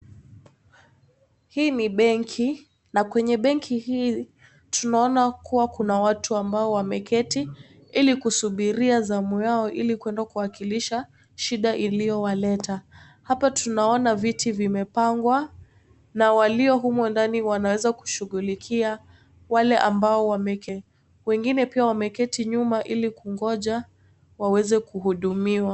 Hii ni benki na kwenye benki hii tunaona kuwa kuna watu ambao wameketi ili kusubiria zamu yao hili kuenda kuwakuilishe shida iliyowaleta ,hapa tunaona viti vimepangwa na walio humo ndani wanaweza kushughulikia wale ambao wameketi, wengine pia wameketi nyuma hili kungonja hili waweze kuhudumiwa.